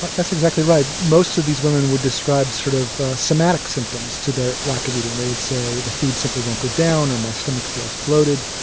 but that's exactly right. most of these women would describe sort of somatic symptoms to their lack of eating, they would say the food simply won't go down, or my stomach feels bloated.